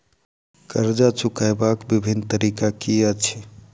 कर्जा चुकबाक बिभिन्न तरीका की अछि?